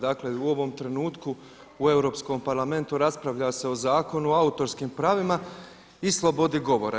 Dakle u ovom trenutku u Europskom parlamentu raspravlja se o Zakonu o autorskim pravima i slobodi govora.